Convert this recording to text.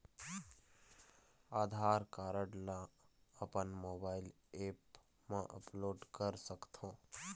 आधार card ला अपन mobile app मा अपलोड कर सकथों?